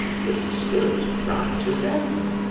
but still as bright as ever,